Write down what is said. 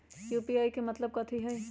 UPI के मतलब कथी होई?